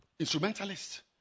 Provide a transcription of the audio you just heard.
instrumentalists